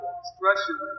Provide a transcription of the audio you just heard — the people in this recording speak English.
expression